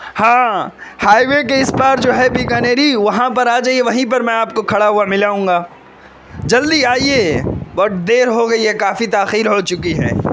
ہاں highway کے اس پار جو ہے بیکانیری وہاں پر آ جائیے وہیں پر میں آپ کو کھڑا ہوا مل آؤں گا جلدی آئیے بہت دیر ہو گئی ہے کافی تاخیر ہو چکی ہے